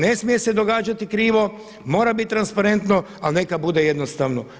Ne smije se događati krivo, mora biti transparentno ali neka bude jednostavno.